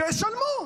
שישלמו.